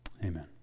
Amen